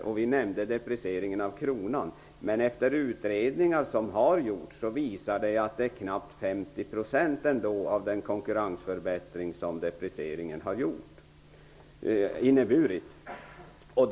Vi har nämnt deprecieringen av kronan. Men gjorda utredningar visar att knappt 50 % av konkurrensförbättringen har orsakats av deprecieringen.